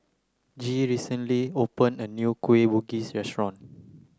Gee recently opened a new Kueh Bugis restaurant